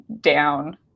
down